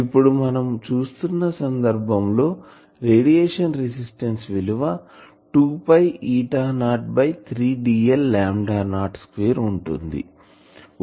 ఇప్పుడు మనం చూస్తున్న సందర్భం లో రేడియేషన్ రెసిస్టెన్స్ విలువ 2 ఈటా నాట్ బై3 dl by lambda naught square ఉంటుంది